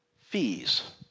fees